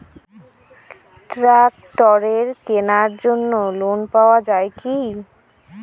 ট্রাক্টরের কেনার জন্য লোন পাওয়া যায় কি?